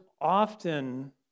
often